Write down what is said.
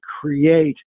create